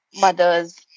mothers